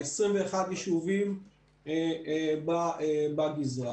21 יישובים בגזרה.